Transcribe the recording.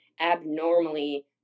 abnormally